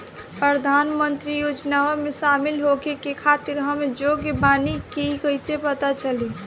प्रधान मंत्री योजनओं में शामिल होखे के खातिर हम योग्य बानी ई कईसे पता चली?